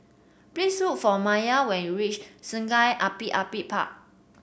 please look for Mylie when you reach Sungei Api Api Park